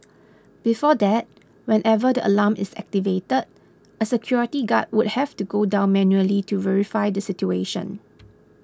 before that whenever the alarm is activated a security guard would have to go down manually to verify the situation